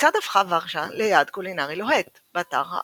כיצד הפכה ורשה ליעד קולינרי לוהט?, באתר הארץ,